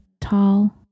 tall